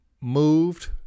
moved